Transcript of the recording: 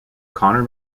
connor